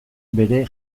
bere